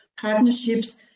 Partnerships